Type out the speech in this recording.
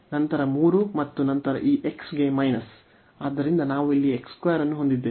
ನಂತರ 3 ಮತ್ತು ನಂತರ ಈ x ಗೆ ಮೈನಸ್ ಆದ್ದರಿಂದ ನಾವು ಇಲ್ಲಿ x 2 ಅನ್ನು ಹೊಂದಿದ್ದೇವೆ